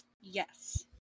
Yes